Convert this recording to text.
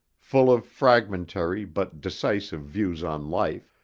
full of fragmentary but decisive views on life,